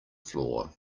floor